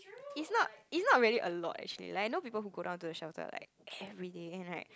is not is not really a lot actually like I know people who go down to the shelter like everyday and like